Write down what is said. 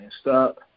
Stop